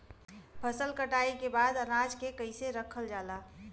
फसल कटाई के बाद अनाज के कईसे रखल जाला?